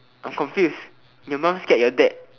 I'm confused your mum scared your dad